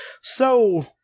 So-